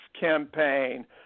campaign